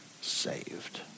saved